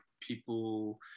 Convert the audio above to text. people